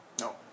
No